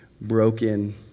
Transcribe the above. broken